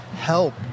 help